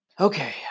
Okay